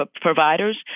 providers